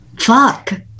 fuck